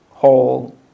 Whole